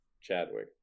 chadwick